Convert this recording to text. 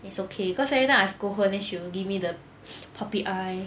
it's okay cause every time I scold her then she will give me the puppy eye